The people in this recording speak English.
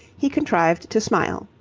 he contrived to smile.